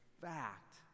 fact